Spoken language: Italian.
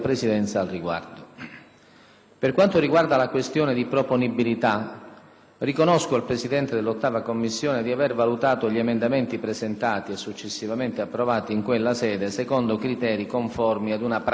Per quanto riguarda la questione di proponibilità, riconosco al Presidente dell'8ª Commissione di aver valutato gli emendamenti presentati e successivamente approvati in quella sede secondo criteri conformi ad una prassi consolidata.